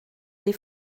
des